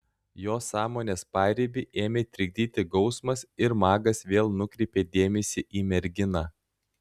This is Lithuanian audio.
jo sąmonės paribį ėmė trikdyti gausmas ir magas vėl nukreipė dėmesį į merginą